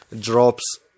drops